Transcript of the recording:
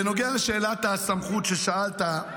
בנוגע לשאלת הסמכות ששאלת,